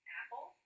apple